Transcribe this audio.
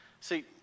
See